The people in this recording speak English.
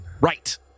right